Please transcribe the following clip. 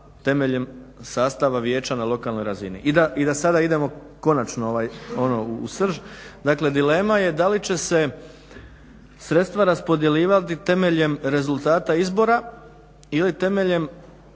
temeljem sastava vijeća na lokalnoj razini. I da sada idemo konačno ono u srž. Dakle, dilema je da li će se sredstva raspodjeljivati temeljem rezultata izbora ili temeljem,